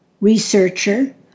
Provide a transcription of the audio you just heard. researcher